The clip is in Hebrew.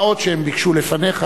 מה עוד שהם ביקשו לפניך.